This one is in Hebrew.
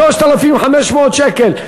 3,500 שקל.